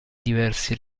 diversi